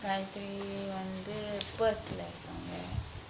gayatiri வந்து:vanthu paris lah இருக்காங்க:irukkanga